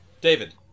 David